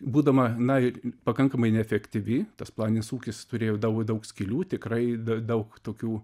būdama na ir pakankamai neefektyvi tas planinis ūkis turėjo daug daug skylių tikrai daug tokių